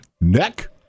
Neck